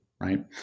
right